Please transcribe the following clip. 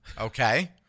okay